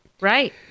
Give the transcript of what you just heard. Right